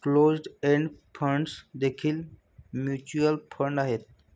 closed end funds देखील mutual fund आहेत